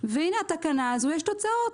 והנה לתקנה הזאת יש תוצאות,